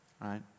right